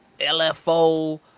lfo